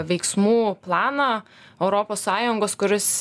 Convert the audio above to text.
veiksmų planą europos sąjungos kuris